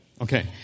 Okay